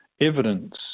evidence